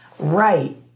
Right